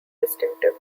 distinctive